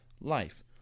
life